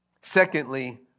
Secondly